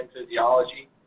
physiology